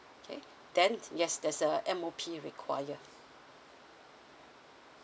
okay then yes there's a M_O_P require